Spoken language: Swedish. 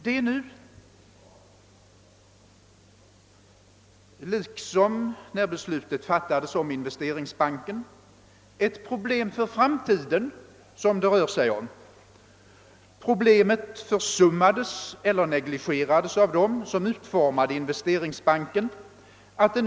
Det rör sig nu liksom när beslutet om Investeringsbanken fattades om ett framtidsproblem. Detta försummades eller negligerades av dem som utformade Investeringsbanken. Att det.